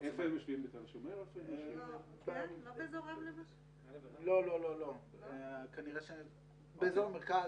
אמשיך ברוח דברי חברי הוועדה: האנלוגיה הצבאית אולי לא נעימה אבל היא